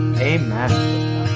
Amen